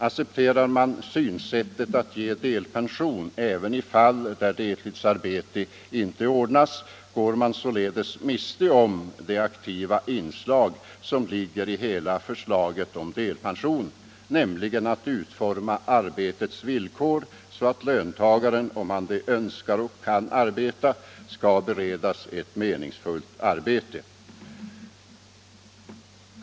Accepterar man synsättet att ge delpension även i fall där deltidsarbete inte ordnas, går man således miste om det aktiva inslag som ligger i hela förslaget om delpensionen, nämligen att arbetets villkor skall utformas så att löntagaren, om han det önskar och kan arbeta, skall beredas ett meningsfullt arbete.